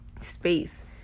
space